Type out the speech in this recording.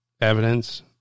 evidence